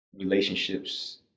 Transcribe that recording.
relationships